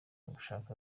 gushaka